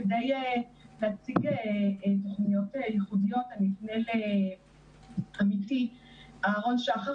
כדי להציג תוכניות ייחודיות אני אפנה לעמיתי אהרון שחר